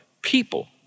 people